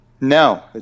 No